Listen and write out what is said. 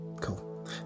cool